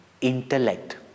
intellect